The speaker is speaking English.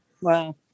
wow